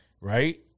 right